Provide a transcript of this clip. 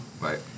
right